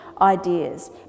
ideas